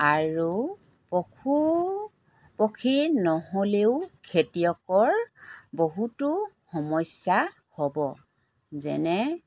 আৰু পশু পক্ষী নহ'লেও খেতিয়কৰ বহুতো সমস্যা হ'ব যেনে